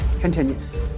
continues